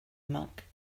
monk